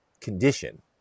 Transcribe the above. condition